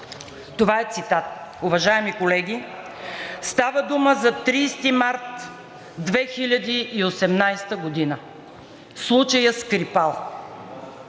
Това е цитат. Уважаеми колеги, става дума за 30 март 2018 г. – случаят „Скрипал“.